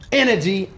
energy